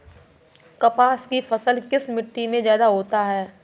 कपास की फसल किस मिट्टी में ज्यादा होता है?